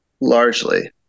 largely